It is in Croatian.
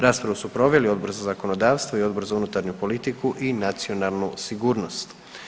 Raspravu su proveli Odbor za zakonodavstvo i Odbor za unutarnju politiku i nacionalnu sigurnost.